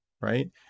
right